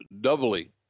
doubly